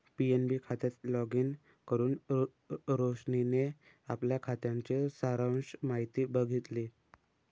PNB खात्यात login करुन रोशनीने आपल्या खात्याची सारांश माहिती बघितली